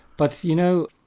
but you know,